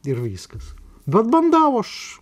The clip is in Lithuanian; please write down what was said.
ir viskas bet bandau aš